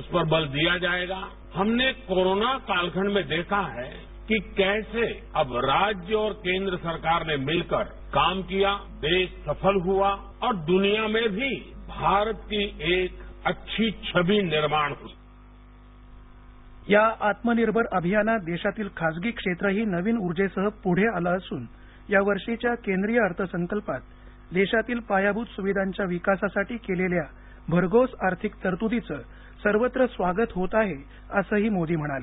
इस पर बल दिया जाएगा हमने कोरोना कालखंड में देखा हे कि कैसे अब राज्य और केंद्र सरकार ने मिलकर काम किया देश सफल हुआ और दुनिया में भी भारत की एक अच्छी छवि निर्माण हुई या आत्मनिर्भर अभियानात देशातील खाजगी क्षेत्र ही नवीन उर्जे सह पुढे आलं असून यावर्षीच्या केंद्रीय अर्थसंकल्पात देशातील पायाभूत सुविधांच्या विकासासाठी केलेल्या भरघोस आर्थिक तरतुदीच सर्वत्र स्वागत होत आहे असं ही मोदी म्हणाले